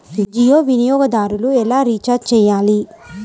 జియో వినియోగదారులు ఎలా రీఛార్జ్ చేయాలి?